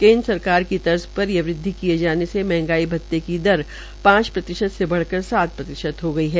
केन्द्र सरकार की तर्ज पर यह वृद्वि किये जाने से मंहगाई भत्ते की दस पांच प्रतिशत से बढ़ाकर सात प्रतिशत हो गई है